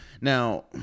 Now